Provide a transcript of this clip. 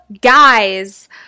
guys